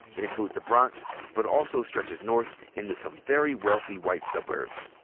it includes the bronx but also stretches north into some very wealthy white suburbs.